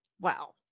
wow